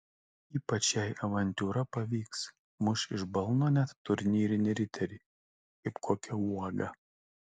ypač jei avantiūra pavyks muš iš balno net turnyrinį riterį kaip kokią uogą